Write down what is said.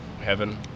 heaven